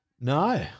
No